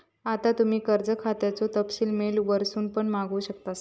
आता तुम्ही कर्ज खात्याचो तपशील मेल वरसून पण मागवू शकतास